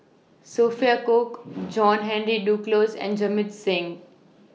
Sophia Cooke John Henry Duclos and Jamit Singh